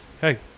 Hey